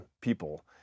people